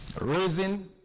Raising